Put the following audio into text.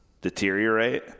deteriorate